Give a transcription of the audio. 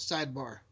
Sidebar